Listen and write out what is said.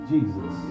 Jesus